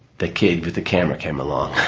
the kid with the camera came along.